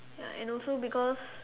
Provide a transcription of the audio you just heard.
ya and also because